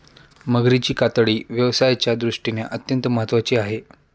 मगरीची कातडी व्यवसायाच्या दृष्टीने अत्यंत महत्त्वाची आहे